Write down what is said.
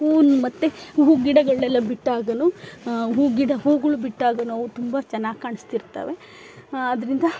ಹೂವು ಮತ್ತು ಹೂವು ಗಿಡಗಳೆಲ್ಲಾ ಬಿಟ್ಟಾಗಲೂ ಹೂವು ಗಿಡ ಹೂವುಗಳ್ ಬಿಟ್ಟಾಗ ನಾವು ತುಂಬ ಚೆನ್ನಾಗ್ ಕಾಣಿಸ್ತಿರ್ತವೆ ಅದ್ರಿಂದ